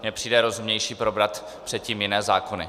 Mně přijde rozumnější probrat předtím jiné zákony.